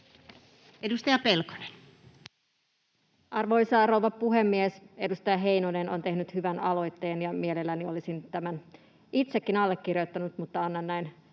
Edustaja Pelkonen. Arvoisa rouva puhemies! Edustaja Heinonen on tehnyt hyvän aloitteen, ja mielelläni olisin tämän itsekin allekirjoittanut, mutta annan näin